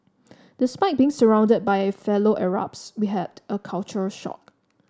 despite being surrounded by fellow Arabs we had a culture shock